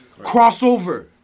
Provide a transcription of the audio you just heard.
Crossover